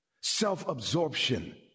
self-absorption